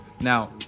now